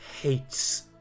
hates